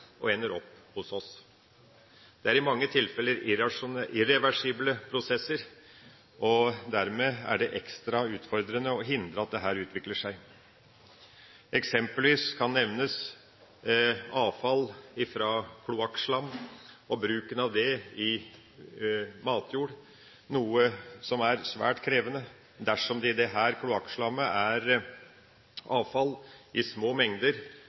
og ender opp hos oss. Det er i mange tilfeller irreversible prosesser, og dermed er det ekstra utfordrende å hindre at dette utvikler seg. Eksempelvis kan nevnes avfall fra kloakkslam og bruken av det i matjord, noe som er svært krevende dersom det i dette kloakkslammet er avfall i små mengder,